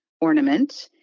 ornament